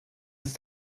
ist